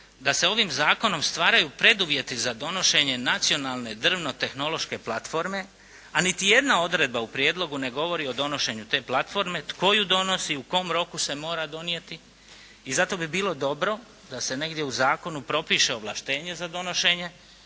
da se ovim zakonom stvaraju preduvjeti za donošenje nacionalne drvno-tehnološke platforme, a niti jedna odredba u prijedlogu ne govori o donošenju te platforme, tko ju donosi, u kojem roku se mora donijeti i zato bi bilo dobro da se negdje u zakonu propiše ovlaštenje za donošenje